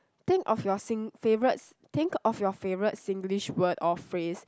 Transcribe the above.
think of your Sing~ favourite think of your favourite Singlish word or phrase